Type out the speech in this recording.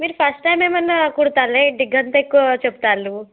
మీరు first time ఏమైనా కుడతారులే అంత ఎక్కువ చెప్తున్నారు